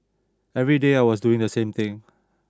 every day I was doing the same thing